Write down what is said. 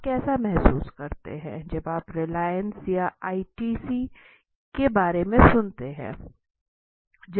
आप कैसा महसूस करते हैं जब आप रिलायंस या आईटीसी के बारे में सुनते है